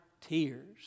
tears